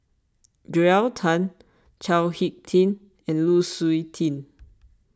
Joel Tan Chao Hick Tin and Lu Suitin